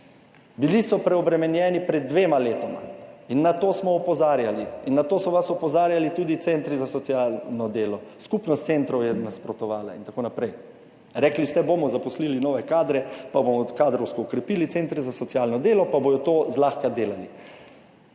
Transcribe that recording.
Bili so preobremenjeni pred dvema letoma in na to smo opozarjali in na to so vas opozarjali tudi centri za socialno delo, skupnost centrov je nasprotovala in tako naprej. Rekli ste, bomo zaposlili nove kadre, pa bomo kadrovsko okrepili, centri za socialno delo pa bodo to zlahka delali.